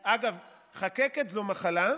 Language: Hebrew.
אגב, חקקת זו מחלה,